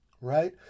Right